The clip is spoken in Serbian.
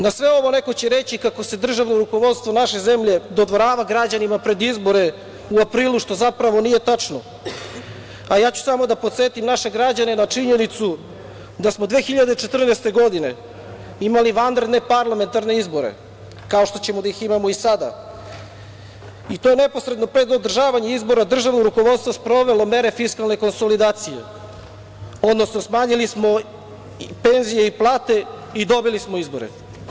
Na sve ovo neko će reći kako se državno rukovodstvo naše zemlje dodvorava građanima pred izbore u aprilu, što zapravo nije tačno, a ja ću samo da podsetim naše građane na činjenicu da smo 2014. godine imali vanredne parlamentarne izbore kao što ćemo da ih imamo i sada i to neposredno pred održavanje izbora državno rukovodstvo je sprovelo mere fiskalne konsolidacije, odnosno smanjili smo penzije i plate i dobili smo izbore.